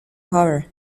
horror